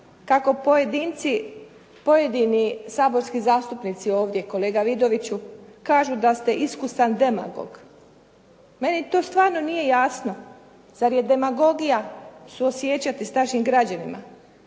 kako pojedini saborski zastupnici ovdje kolega Vidoviću kažu da ste iskusan demagog. Meni to stvarno nije jasno. Zar je demagogija suosjećati s našim građanima.